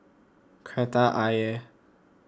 Kreta Ayer